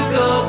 go